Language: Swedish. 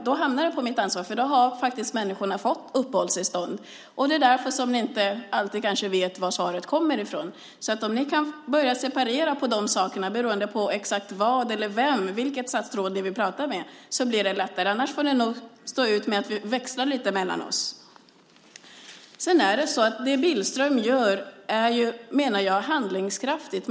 Då hamnar det på mitt ansvar, för då har människorna fått uppehållstillstånd. Det är därför ni kanske inte alltid vet var svaret kommer ifrån. Om ni kan börja separera de här sakerna beroende på exakt vad eller vem det gäller och vilket statsråd ni vill prata med så blir det lättare. Annars får ni nog stå ut med att vi växlar lite mellan oss. Jag menar att det Billström gör är handlingskraftigt.